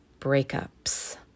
breakups